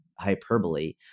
hyperbole